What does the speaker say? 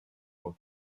voix